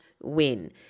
win